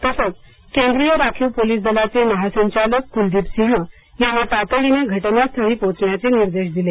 तसंच केंद्रीय राखीव पोलीस दलाचे महासंचालक कुलदीप सिंह यांना तातडीने घटनास्थळी पोहोचण्याचे निर्देश दिले